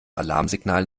alarmsignal